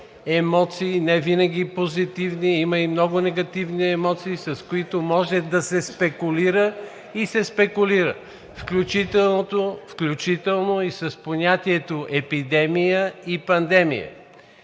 емоции – невинаги позитивни, има и много негативни емоции, с които може да се спекулира и се спекулира. Включително и с понятията „епидемия“ и „пандемия“.